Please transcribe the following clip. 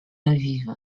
aviv